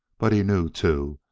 but he knew, too,